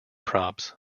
props